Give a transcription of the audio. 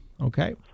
okay